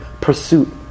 pursuit